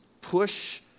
Push